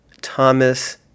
Thomas